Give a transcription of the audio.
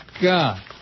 God